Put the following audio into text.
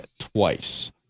twice